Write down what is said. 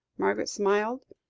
margaret smiled.